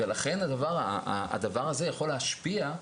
לכן, הדבר הזה יכול להשפיע: